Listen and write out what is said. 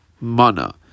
mana